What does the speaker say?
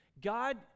god